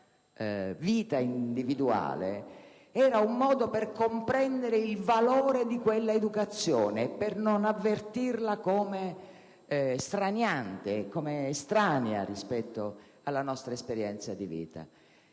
vita individuale, era un modo per comprendere il valore di quella educazione e per non avvertirla come straniante ed estranea rispetto alla nostra esperienza di vita.